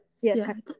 Yes